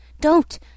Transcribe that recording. Don't